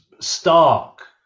stark